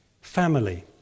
Family